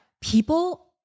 People